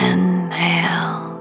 Inhale